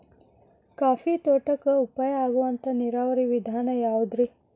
Coffee ತೋಟಕ್ಕ ಉಪಾಯ ಆಗುವಂತ ನೇರಾವರಿ ವಿಧಾನ ಯಾವುದ್ರೇ?